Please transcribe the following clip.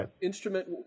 instrument